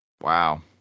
Wow